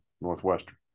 Northwestern